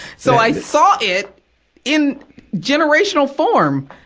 so i saw it in generational form.